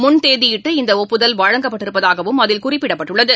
முன்தேதியிட்டு இந்தஒப்புதல் வழங்கப்பட்டிருப்பதாகவும் அதில் குறிப்பிடப்பட்டுள்ளது